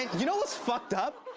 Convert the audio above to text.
you know what's fucked up?